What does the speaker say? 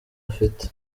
afite